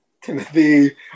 Timothy